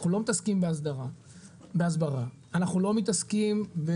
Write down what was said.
אנחנו לא מתעסקים בהסברה, אנחנו לא מתעסקים ב